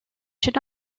should